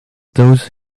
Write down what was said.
those